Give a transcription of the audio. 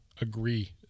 agree